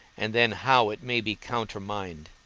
and then how it may be countermined.